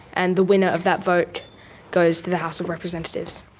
and the winner of that vote goes to the house of representatives.